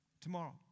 tomorrow